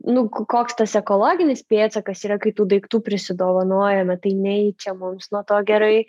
nu koks tas ekologinis pėdsakas yra kai tų daiktų prisidovanojame tai nei čia mums nuo to gerai